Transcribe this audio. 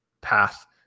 path